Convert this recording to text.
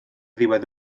ddiwedd